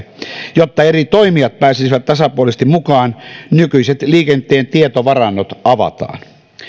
jotta eri toimijat pääsisivät tasapuolisesti mukaan nykyiset liikenteen tietovarannot avataan